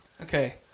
Okay